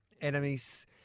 enemies